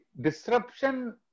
disruption